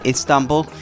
Istanbul